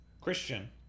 Christian